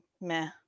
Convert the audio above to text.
meh